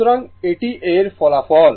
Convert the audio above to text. সুতরাং এটি এর ফলাফল